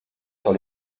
sur